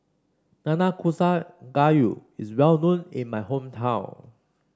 Nanakusa Gayu is well known in my hometown